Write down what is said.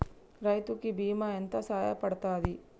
రైతు కి బీమా ఎంత సాయపడ్తది?